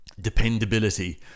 dependability